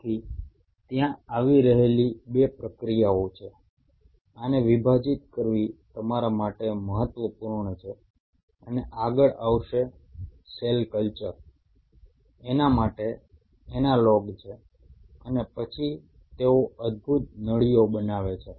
તેથી ત્યાં આવી રહેલી બે પ્રક્રિયાઓ છે આને વિભાજીત કરવી તમારા માટે મહત્વપૂર્ણ છે અને આગળ આવશે સેલ કલ્ચર એના માટે એનાલોગ છે અને પછી તેઓ અદ્ભુત નળીઓ બનાવે છે